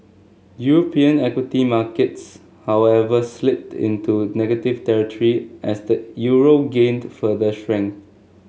European equity markets however slipped into negative territory as the euro gained further strength